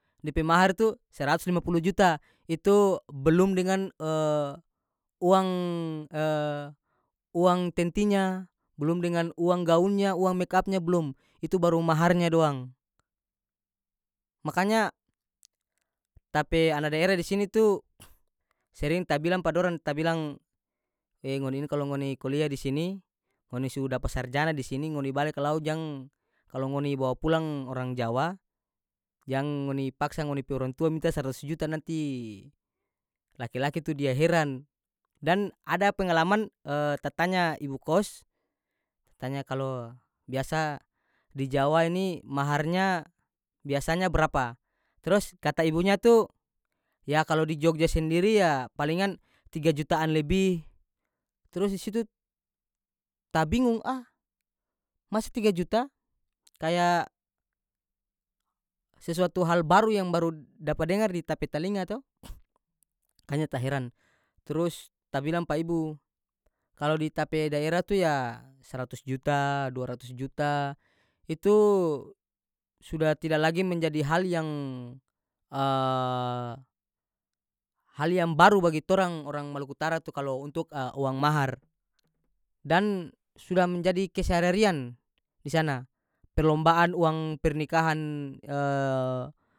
Dia pe mahar itu seratus lima pulu juta itu belum dengan uang tentinya blum dengan uang gaunnya uang mekapnya blum itu baru maharnya doang makanya ta pe ana daerah di sini tu sering ta bilang pa dorang ta bilang ee ngoni ini kalu ngoni kuliah di sini ngoni su dapa sarjana di sini ngoni bale kalao jang kalo ngoni bawa pulang orang jawa jang ngoni paksa ngoni pe orang tua minta saratus juta nanti laki-laki tu dia heran dan ada pengalaman ta tanya ibu kos ta tanya kalo biasa di jawa ini maharnya biasanya brapa tros kata ibunya tu yah kalo di jogja sendiri yah palingan tiga jutaan lebih trus di situt ta bingung ah masa tiga juta kaya sesuatu hal baru yang barud dapa dengar di ta pe talinga to kanya ta heran trus ta bilang pa ibu kaalo di ta pe daerah tu yah saratus juta dua ratus juta itu sudah tida lagi menjadi hal yang hal yang baru bagi torang orang maluku utara tu kalo untuk uang mahar dan suda menjadi kesehariharian di sana perlombaan uang pernikahan.